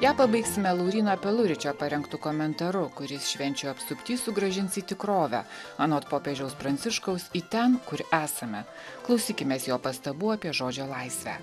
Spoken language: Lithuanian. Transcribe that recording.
ją pabaigsime lauryno peluričio parengtu komentaru kuris švenčių apsuptyje sugrąžins į tikrovę anot popiežiaus pranciškaus į ten kur esame klausykimės jo pastabų apie žodžio laisvę